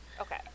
Okay